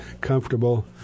comfortable